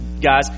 guys